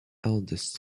eldest